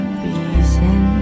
reason